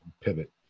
pivot